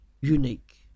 unique